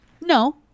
No